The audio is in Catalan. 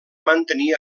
mantenir